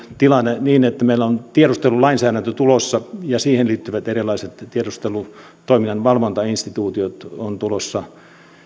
tilanne myös niin että meillä on tiedustelulainsäädäntö tulossa ja siihen liittyvät erilaiset tiedustelutoiminnan valvontainstituutiot ovat tulossa